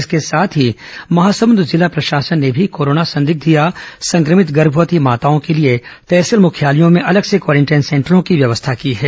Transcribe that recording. इसके साथ ही महासमुद जिला प्रशासन ने भी कोरोना संदिग्ध या संक्रमित गर्भवती माताओं के लिए तहसील मुख्यालयों में अलग से क्वारेंटाइन सेंटरों की व्यवस्था की है